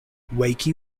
wakey